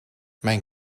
mijn